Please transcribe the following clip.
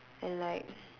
and like